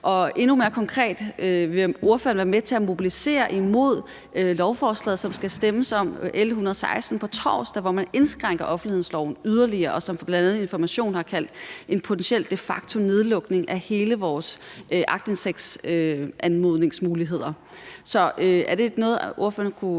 Og endnu mere konkret vil jeg spørge: Vil ordføreren være med til at mobilisere imod lovforslag L 116, som der skal stemmes om på torsdag, hvor man indskrænker offentlighedsloven yderligere, og som bl.a. Information har kaldt en potentiel de facto nedlukning af hele vores aktindsigtsanmodningsmulighed? Er det noget, ordføreren kunne